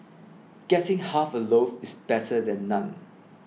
getting half a loaf is better than none